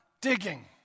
Digging